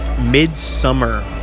Midsummer